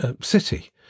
city